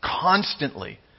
constantly